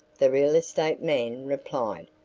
the real estate man replied.